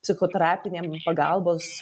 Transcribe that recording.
psichoterapinėm pagalbos